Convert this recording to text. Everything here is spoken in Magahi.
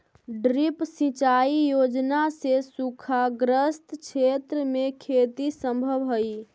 ड्रिप सिंचाई योजना से सूखाग्रस्त क्षेत्र में खेती सम्भव हइ